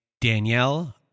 Danielle